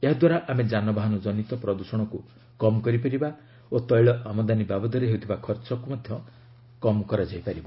ଏହାଦ୍ୱାରା ଆମେ ଯାନବାହାନ ଜନିତ ପ୍ରଦୂଷଣକୁ କମ୍ କରିପାରିବା ଓ ତୈଳ ଆମଦାନୀ ବାବଦରେ ହେଉଥିବା ଖର୍ଚ୍ଚ ମଧ୍ୟ କମ୍ ହୋଇପାରିବ